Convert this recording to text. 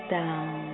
down